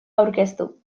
aurkeztu